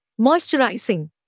moisturizing